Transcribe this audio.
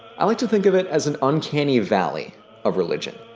i like to think of it as an uncanny valley of religion.